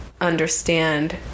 understand